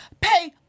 pay